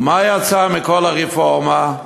מה יצא מכל הרפורמה?